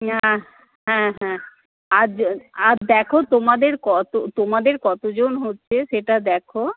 না হ্যাঁ হ্যাঁ আর আর দেখো তোমাদের কত তোমাদের কতজন হচ্ছে সেটা দেখো